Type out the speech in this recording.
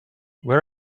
where